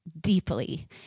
deeply